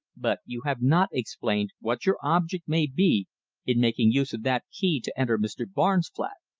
but you have not explained what your object may be in making use of that key to enter mr. barnes' flat.